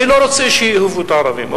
אני לא רוצה שיאהבו את הערבים.